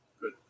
Good